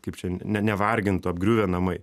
kaip čia ne nevargintų apgriuvę namai